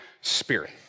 spirit